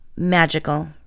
magical